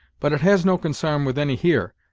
but it has no consarn with any here,